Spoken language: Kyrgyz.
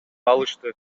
алышты